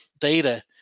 data